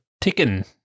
ticking